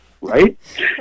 right